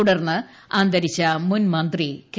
തുടർന്ന് അന്തരിച്ച മുൻ മന്ത്രി കെ